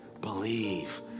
believe